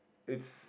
it's